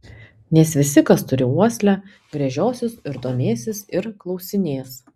nes visi kas turi uoslę gręžiosis ir domėsis ir klausinės